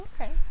Okay